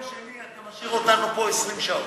כל יום שני אתה משאיר אותנו פה 20 שעות.